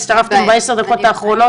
הצטרפתם בעשר דקות האחרונות.